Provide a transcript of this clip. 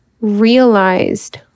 realized